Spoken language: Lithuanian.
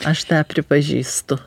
aš tą pripažįstu